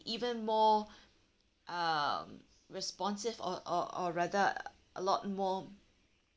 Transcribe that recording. even more um responsive or or or rather a lot more